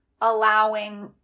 allowing